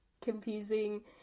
confusing